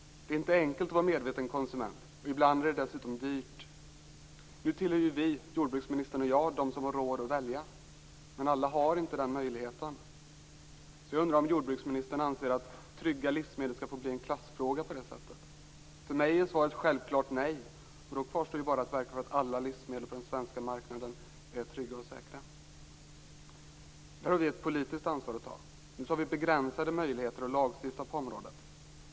Det är inte lätt att vara en medveten konsument. Ibland är det dessutom dyrt. Nu tillhör ju vi - jordbruksministern och jag - dem som har råd att välja. Men alla har inte den möjligheten. Jag undrar därför om jordbruksministern anser att trygga livsmedel skall få bli en klassfråga på det sättet. För mig är svaret självklart nej. Då kvarstår bara att verka för att alla livsmedel på den svenska marknaden är trygga och säkra. Här har vi ett politiskt ansvar att ta. Nu har vi begränsade möjligheter att lagstifta på området.